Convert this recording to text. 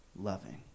loving